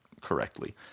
correctly